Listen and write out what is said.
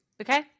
Okay